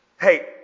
hey